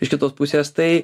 iš kitos pusės tai